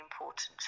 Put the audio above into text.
important